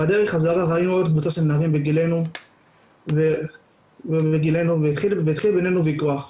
בדרך חזרה ראינו קבוצה של נערים בגילנו והתחיל בינינו ויכוח,